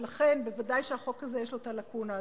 ולכן ודאי שלחוק הזה יש הלקונה הזאת.